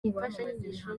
imfashanyigisho